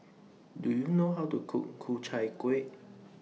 Do YOU know How to Cook Ku Chai Kueh